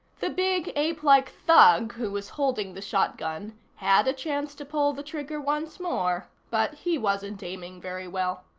the big, apelike thug who was holding the shotgun had a chance to pull the trigger once more, but he wasn't aiming very well.